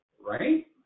right